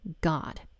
God